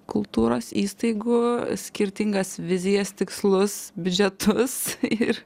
kultūros įstaigų skirtingas vizijas tikslus biudžetus ir